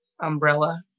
umbrella